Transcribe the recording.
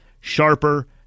Sharper